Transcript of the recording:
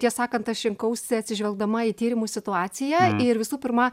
tiesą sakant aš rinkausi atsižvelgdama į tyrimų situaciją ir visų pirma